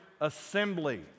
assembly